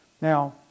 Now